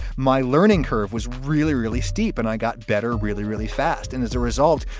my learning curve was really, really steep and i got better really, really fast. and as a result,